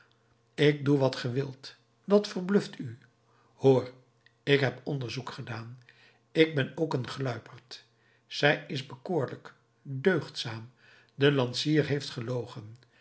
ik doe wat ge wilt dat verbluft u hoor ik heb onderzoek gedaan ik ben ook een gluiperd zij is bekoorlijk deugdzaam de lansier heeft gelogen